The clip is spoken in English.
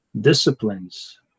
disciplines